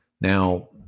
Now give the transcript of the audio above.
Now